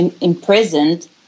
imprisoned